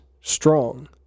strong